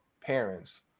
parents